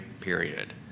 period